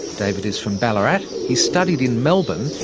david is from ballarat, he studied in melbourne,